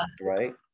right